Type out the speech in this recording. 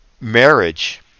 marriage